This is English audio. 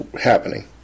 happening